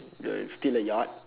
uh steal a yacht